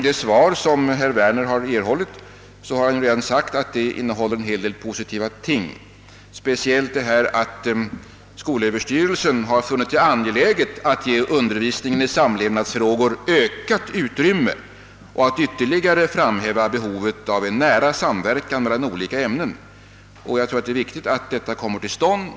Det svar som herr Werner erhållit innehåller, som herr Werner redan framhållit, en hel del positiva ting, speciellt påpekandet att skolöverstyrelsen funnit det angeläget att ge undervisningen i samlevnadsfrågor ökat utrymme och att ytterligare framhäva behovet av nära samverkan mellan olika ämnen. Det är viktigt att detta kommer till stånd.